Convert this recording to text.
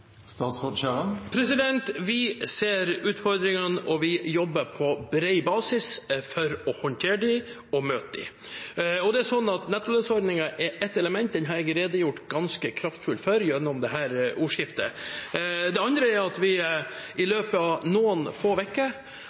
Vi ser utfordringene, og vi jobber på bred basis for å håndtere dem og møte dem. Nettolønnsordningen er ett element. Den har jeg redegjort ganske kraftfullt for gjennom dette ordskiftet. Det andre er at vi i løpet av noen få